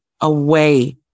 away